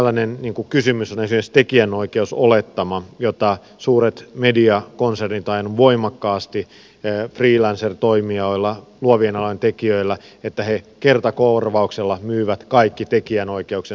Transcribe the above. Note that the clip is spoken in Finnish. yksi tällainen kysymys on esimerkiksi tekijänoikeusolettama jota suuret mediakonsernit ovat ajaneet voimakkaasti freelancer toimijoille luovien alojen tekijöille että he kertakorvauksella myyvät kaikki tekijänoikeutensa pois